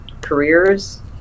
careers